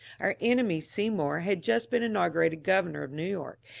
our enemy seymour had just been inaugurated governor of new york,